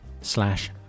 slash